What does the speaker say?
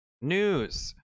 news